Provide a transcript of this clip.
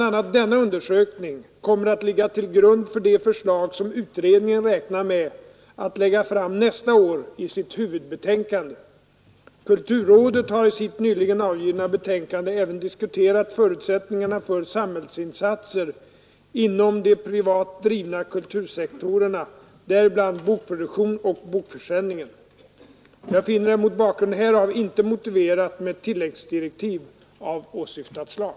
a. denna undersökning kommer att ligga till grund för de förslag som utredningen räknar med att lägga fram nästa år i sitt huvudbetänkande. Kulturrådet har i sitt nyligen avgivna betänkande även diskuterat förutsättningarna för samhällsinsatser inom de privat drivna kultursektorerna, däribland bokproduktionen och bokförsäljningen. Jag finner det mot bakgrund härav inte motiverat med tilläggsdirektiv av åsyftat slag.